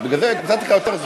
בגלל זה נתתי לך יותר זמן.